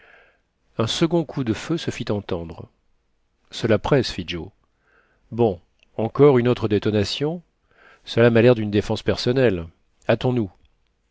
un second coup de feu se fit entendre cela presse fit joe bon encore une autre détonation cela m'a l'air d'une défense personnelle hâtons-nous